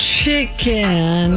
chicken